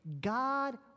God